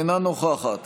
אינה נוכחת